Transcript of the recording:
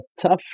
tough